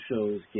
shows